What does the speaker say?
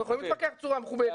אנחנו יכולים להתווכח בצורה מכובדת.